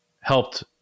helped